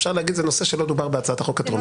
אפשר להגיד שזה נושא שלא דובר בהצעת החוק הטרומית.